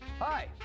Hi